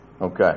Okay